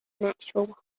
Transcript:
natural